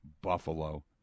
Buffalo